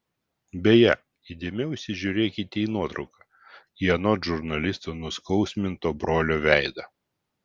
beje įdėmiau įsižiūrėkite į nuotrauką į anot žurnalisto nuskausminto brolio veidą